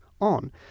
on